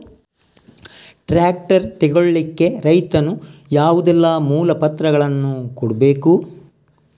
Tractor ತೆಗೊಳ್ಳಿಕೆ ರೈತನು ಯಾವುದೆಲ್ಲ ಮೂಲಪತ್ರಗಳನ್ನು ಕೊಡ್ಬೇಕು?